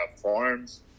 farms